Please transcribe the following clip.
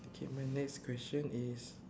okay my next question is